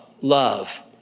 love